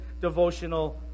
devotional